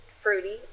fruity